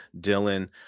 Dylan